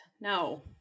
No